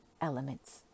elements